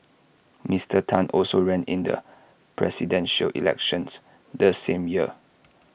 Mister Tan also ran in the Presidential Elections the same year